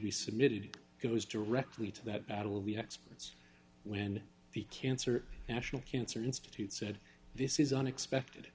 be submitted it was directly to that battle of the experts when the cancer national cancer institute said this is unexpected